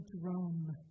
drum